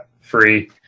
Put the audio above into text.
free